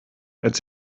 als